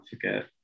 forget